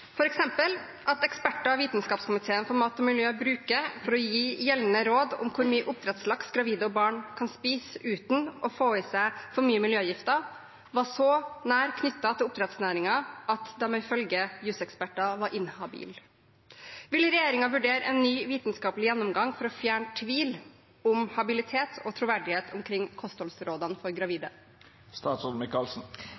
eksempel at eksperter Vitenskapskomiteen for mat og miljø brukte for å gi gjeldende råd om hvor mye oppdrettslaks gravide og barn kan spise uten å få i seg for mye miljøgifter, var så nær knyttet til oppdrettsnæringen at de ifølge jusseksperter var inhabile. Vil regjeringen vurdere en ny vitenskapelig gjennomgang for å fjerne tvil om habilitet og troverdighet omkring kostholdsrådene for